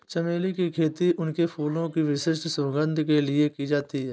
चमेली की खेती उनके फूलों की विशिष्ट सुगंध के लिए की जाती है